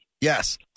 Yes